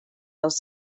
dels